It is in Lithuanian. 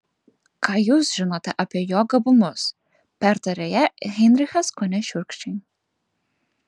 ką jūs žinote apie jo gabumus pertarė ją heinrichas kone šiurkščiai